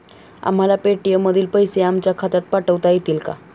आम्हाला पेटीएम मधील पैसे आमच्या खात्यात पाठवता येतील का?